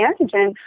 antigen